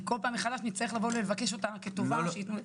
כל פעם מחדש נצטרך לבוא לבקש אותה כטובה שיתנו.